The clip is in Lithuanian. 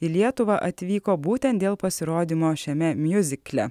į lietuvą atvyko būtent dėl pasirodymo šiame miuzikle